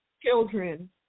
children